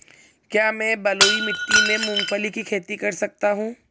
क्या मैं बलुई मिट्टी में मूंगफली की खेती कर सकता हूँ?